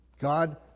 God